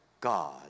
God